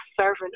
servant